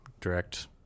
direct